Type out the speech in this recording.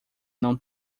não